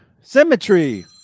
symmetry